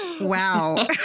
Wow